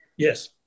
Yes